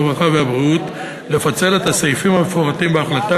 הרווחה והבריאות לפצל את הסעיפים המפורטים בהחלטה